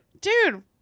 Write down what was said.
dude